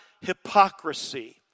hypocrisy